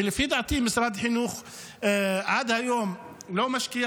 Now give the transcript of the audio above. ולפי דעתי משרד החינוך עד היום לא משקיע